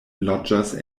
loĝas